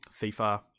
FIFA